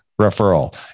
referral